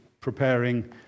preparing